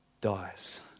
dies